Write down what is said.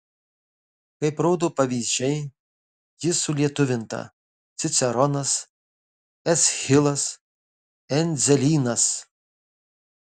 kaip rodo pavyzdžiai ji sulietuvinta ciceronas eschilas endzelynas